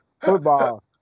football